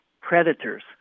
predators